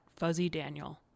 FuzzyDaniel